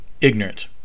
ignorant